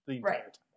Right